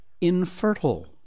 infertile